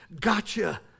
gotcha